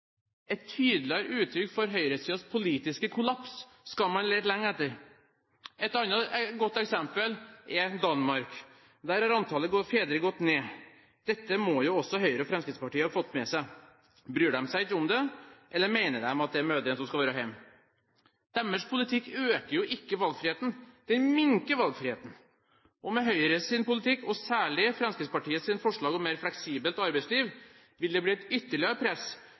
Et tydeligere uttrykk for høyresidens politiske kollaps skal man lete lenger. Et godt eksempel er Danmark. Der har antallet fedre som tar permisjon, gått ned. Dette må jo også Høyre og Fremskrittspartiet ha fått med seg. Bryr de seg ikke om det, eller mener de at det er mødrene som skal være hjemme? Deres politikk øker jo ikke valgfriheten; den minker valgfriheten. Med Høyres politikk – og særlig med Fremskrittspartiets forslag om et mer fleksibelt arbeidsliv – ville det bli et ytterligere press